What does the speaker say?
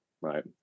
right